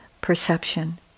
perception